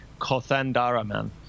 Kothandaraman